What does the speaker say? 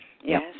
Yes